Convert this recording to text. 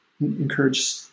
encourage